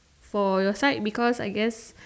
for your side because I guess